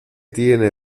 tiene